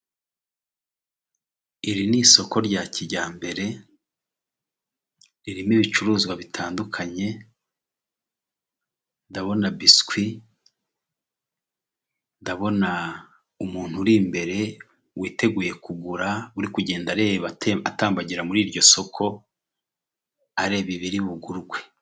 Iri ni isoko rya kijyambere ririmo ibicuruzwa bitandukanye. Ndabona biswi, ndabona umuntu uri imbere witeguye kugura, ari kugenda areba atambagira muri iryo soko areba ibiri bugurwe.